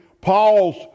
Paul's